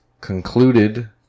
concluded